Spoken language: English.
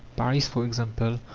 paris for example,